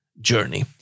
journey